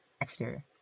exterior